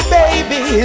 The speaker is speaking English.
baby